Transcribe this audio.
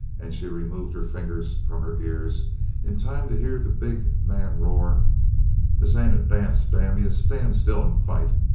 and she removed her fingers from her ears in time to hear the big man roar this ain't a dance, damn you! stand still and fight!